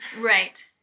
Right